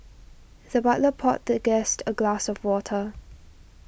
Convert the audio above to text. the butler poured the guest a glass of water